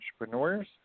entrepreneurs